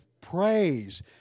Praise